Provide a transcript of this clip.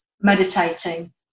meditating